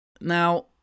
Now